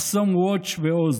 מחסום ווטש ועוד.